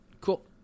Cool